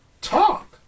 talk